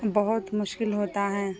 بہت مشکل ہوتا ہے